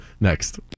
next